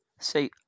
See